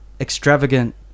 extravagant